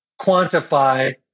quantify